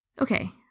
Okay